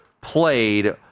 played